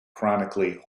chronically